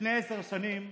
לפני עשר שנים,